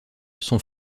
son